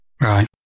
Right